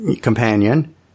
Companion